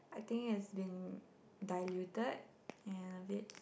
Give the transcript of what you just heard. I think it's been diluted and a bit